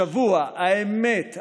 השבוע האמת,